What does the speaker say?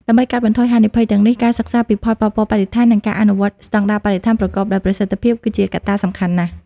ដើម្បីកាត់បន្ថយហានិភ័យទាំងនេះ ការសិក្សាពីផលប៉ះពាល់បរិស្ថាន និងការអនុវត្តស្តង់ដារបរិស្ថានប្រកបដោយប្រសិទ្ធភាព គឺជាកត្តាសំខាន់ណាស់។